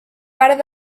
part